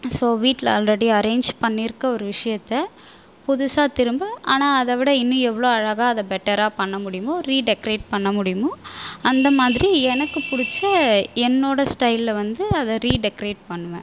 so வீட்டில் already arrange பண்ணி இருக்க ஒரு விஷயத்தை புதுசாக திரும்ப ஆனால் அதைவிட இன்னும் எவ்வளவு அழகாக அந்த பெட்டராக பண்ண முடியுமோ ரீடெகரேட் பண்ண முடியுமோ அந்த மாதிரி எனக்கு பிடிச்ச என்னோடய ஸ்டைல் வந்து அதை ரீடெகரேட் பண்ணுவேன்